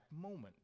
moment